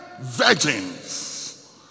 virgins